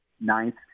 ninth